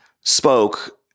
spoke